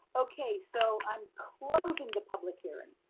okay, so, i'm closing the public hearing.